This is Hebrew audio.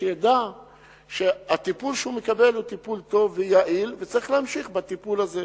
שידע שהטיפול שהוא מקבל הוא טיפול טוב ויעיל וצריך להמשיך בטיפול הזה.